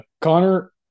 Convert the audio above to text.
Connor